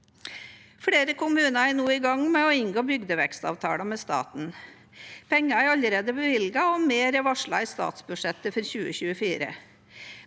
Flere kommuner er nå i gang med å inngå bygdevekstavtaler med staten. Penger er allerede bevilget, og mer er varslet i statsbudsjettet for 2024.